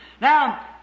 now